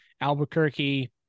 Albuquerque